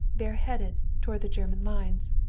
bareheaded, toward the german lines.